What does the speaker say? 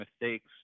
mistakes